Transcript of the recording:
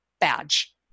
badge